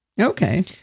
Okay